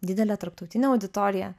didelę tarptautinę auditoriją